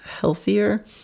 healthier